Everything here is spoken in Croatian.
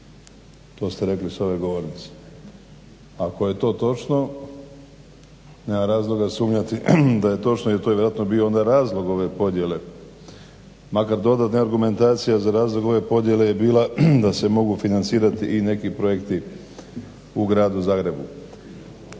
To ste rekli s ove govornice. Ako je to točno, nema razloga sumnjati da je točno jer to je vjerojatno bio onda razlog ove podjele, makar dodatna argumentacija za razlog ove podjele je bila da se mogu financirati i neki projekti u Gradu Zagrebu.